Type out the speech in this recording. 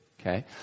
Okay